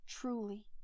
truly